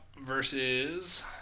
Versus